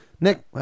Nick